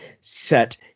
set